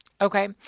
Okay